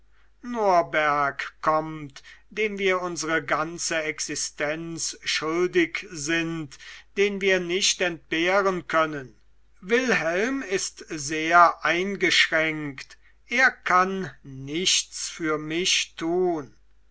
norberg kommt dem wir unsere ganze existenz schuldig sind den wir nicht entbehren können wilhelm ist sehr eingeschränkt er kann nichts für mich tun